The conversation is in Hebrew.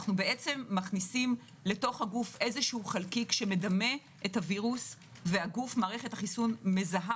אנו מכניסים לגוף חלקיק שמדמה את הווירוס ומערכת החיסון מזהה